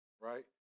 right